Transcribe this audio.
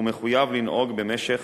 והוא מחויב לנהוג במשך